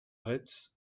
retz